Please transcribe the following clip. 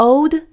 Old